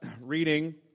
reading